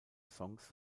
songs